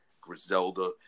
Griselda